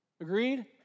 Agreed